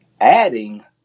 adding